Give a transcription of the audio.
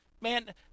man